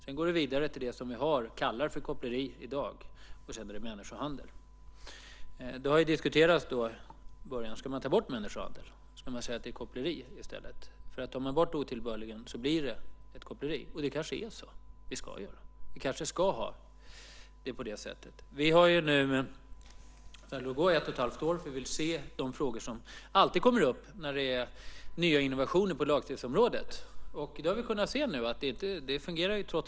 Det går vidare till det vi i dag kallar för koppleri, och sedan är det människohandel. Det har diskuterats om man ska ta bort människohandel. Ska man i stället säga att det är koppleri? Tar man bort "otillbörligen" blir det ett koppleri. Det kanske är så vi ska göra. Vi kanske ska ha det på det sättet. Det har nu gått ett och ett halvt år. Vi vill se de frågor som alltid kommer upp när det är nya innovationer på lagstiftningsområdet. Vi har nu kunnat se att det trots allt fungerar bra.